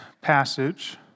passage